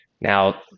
Now